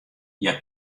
hja